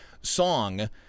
song